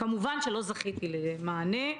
כמובן לא זכיתי למענה,